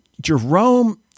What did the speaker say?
jerome